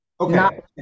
Okay